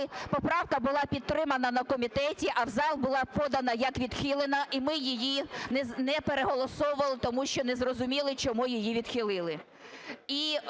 поправка була підтримана на комітеті, а в зал була подана як відхилена, і ми її не переголосовували, тому що не зрозуміли, чому її відхилили.